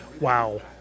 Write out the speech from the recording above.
Wow